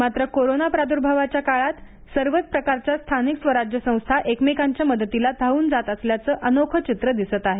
मात्र कोरोना प्रादुर्भावाच्या काळात सर्वच प्रकारच्या स्थानिक स्वराज्य संस्था एकमेकांच्या मदतीला धावून जात असल्याचं अनोखं चित्र दिसत आहे